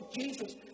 Jesus